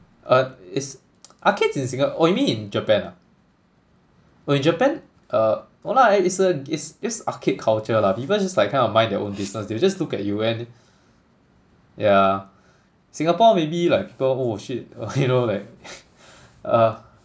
uh it's arcades in singa~ oh you mean in Japan ah oh in Japan uh no lah it's a it's just arcade culture lah people just like kind of mind their own business they will just look at you and yeah Singapore maybe like people oh shit you know like uh